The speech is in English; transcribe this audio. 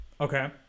Okay